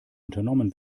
unternommen